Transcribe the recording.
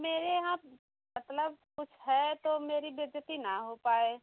मेरे यहाँ मतलब कुछ है तो मेरी बेइज्ज़ती ना हो पाए